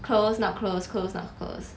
close not close close not close